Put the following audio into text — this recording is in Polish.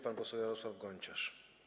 Pan poseł Jarosław Gonciarz.